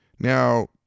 Now